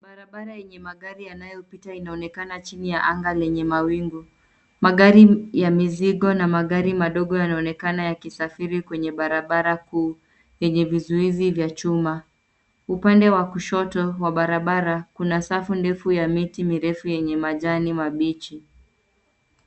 Barabara yenye magari yanayopita, inaonekana chini ya anga yenye mawingu. Magari ya mizigo na magari madogo, yanaonekana yakisafiri kwenye barabara kuu, yenye vizuizi vya chuma. Upande wa kushoto wa barabara, kuna safu ndefu ya miti mirefu, yenye majani mabichi.